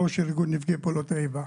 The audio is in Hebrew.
ארגון נפגעי פעולות האיבה.